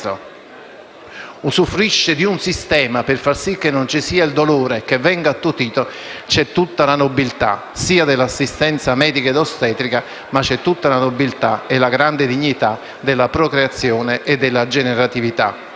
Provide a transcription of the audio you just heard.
un mezzo, di un sistema per far sì che il dolore non ci sia o che venga attutito, c'è tutta la nobiltà sia dell'assistenza medica ed ostetrica, ma anche tutta la nobiltà e la grande dignità della procreazione e della generatività.